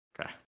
okay